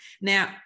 Now